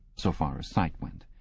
so far as sight went.